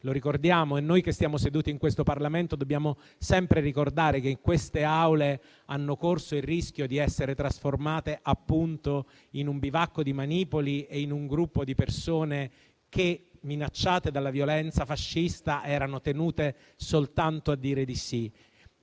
manipoli. E noi, che stiamo seduti in questo Parlamento, dobbiamo sempre ricordare che queste Aule hanno corso il rischio di essere trasformate, appunto, in un bivacco di manipoli e in un gruppo di persone che, minacciate dalla violenza fascista, erano tenute soltanto a dire di sì.